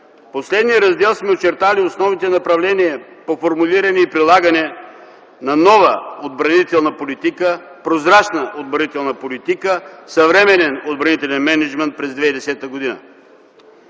последния раздел сме очертали основните направления по формулиране и прилагане на нова отбранителна политика, прозрачна отбранителна политика, съвременен отбранителен мениджмънт през 2010 г.,